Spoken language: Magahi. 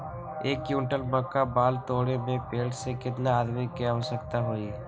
एक क्विंटल मक्का बाल तोरे में पेड़ से केतना आदमी के आवश्कता होई?